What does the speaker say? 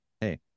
hey